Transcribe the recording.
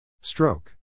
Stroke